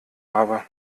habe